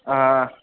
हाँ